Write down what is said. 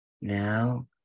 Now